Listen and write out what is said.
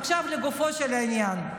עכשיו לגופו של עניין.